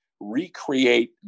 recreate